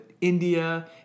India